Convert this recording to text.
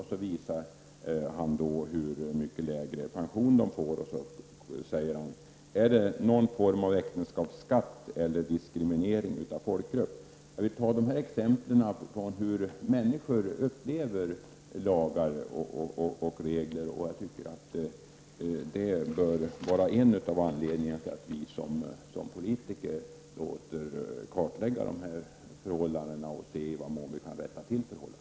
Han visar då hur mycket lägre pension de får. Signaturen frågar då: Är detta någon form av äktenskapsskatt eller diskriminering av folkgrupp? Jag vill nämna dessa exempel på hur människor upplever lagar och regler. Jag tycker att det bör vara en av anledningarna till att vi som politiker låter kartlägga dessa förhållanden och se i vad mån vi kan rätta till dem.